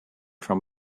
from